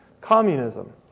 communism